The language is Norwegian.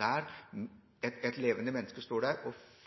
la et levende menneske stå der og framlegge sitt eget vitneprov, med alle de følelsene, alle de nyansene og